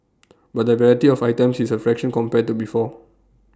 but the variety of items is A fraction compared to before